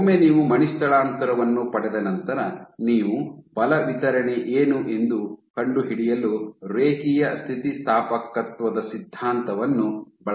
ಒಮ್ಮೆ ನೀವು ಮಣಿ ಸ್ಥಳಾಂತರವನ್ನು ಪಡೆದ ನಂತರ ನೀವು ಬಲ ವಿತರಣೆ ಏನು ಎಂದು ಕಂಡುಹಿಡಿಯಲು ರೇಖೀಯ ಸ್ಥಿತಿಸ್ಥಾಪಕತ್ವದ ಸಿದ್ಧಾಂತವನ್ನು ಬಳಸಬಹುದು